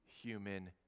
human